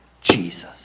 Jesus